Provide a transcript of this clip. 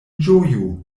ĝoju